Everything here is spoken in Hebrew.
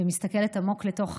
מסתכלת עמוק לתוך העיניים,